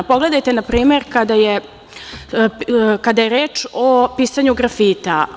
Pogledajte, na primer, kada je reč o pisanju grafita.